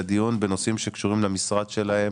לדיון בנושאים שקשורים למשרד שלהם,